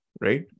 right